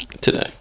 Today